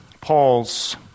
Paul's